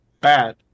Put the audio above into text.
bad